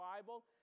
Bible